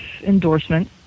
endorsement